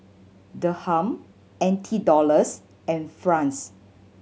Dirham N T Dollars and franc